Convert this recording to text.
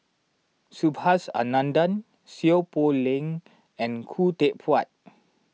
Subhas Anandan Seow Poh Leng and Khoo Teck Puat